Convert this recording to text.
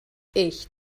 ich